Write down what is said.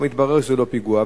ומתברר שזה לא פיגוע,